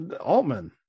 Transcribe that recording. Altman